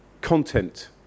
content